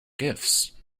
gifts